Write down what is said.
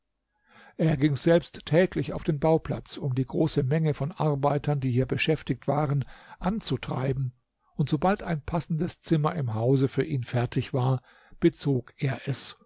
er ging selbst täglich auf den bauplatz um die große menge von arbeitern die hier beschäftigt waren anzutreiben und sobald ein passendes zimmer im hause für ihn fertig war bezog er es